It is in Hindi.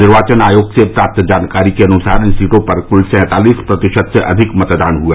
निर्वाचन आयोग से प्राप्त जानकारी के अनुसार इन सीटों पर कुल सैंतालिस प्रतिशत से अधिक मतदान हुआ